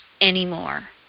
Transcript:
anymore